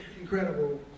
incredible